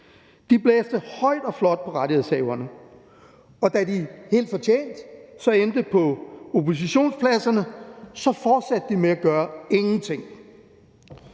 De blæste højt og flot på rettighedshaverne, og da de helt fortjent endte på oppositionspladserne, fortsatte de med at gøre ingenting.